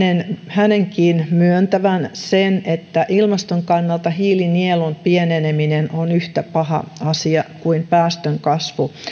hänenkin myöntävän sen että ilmaston kannalta hiilinielun pieneneminen on yhtä paha asia kuin päästön kasvu